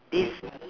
this